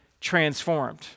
transformed